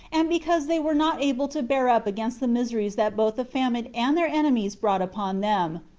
and because they were not able to bear up against the miseries that both the famine and their enemies brought upon them,